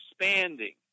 expanding